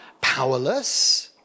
powerless